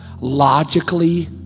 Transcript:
logically